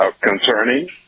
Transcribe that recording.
concerning